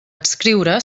adscriure